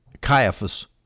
Caiaphas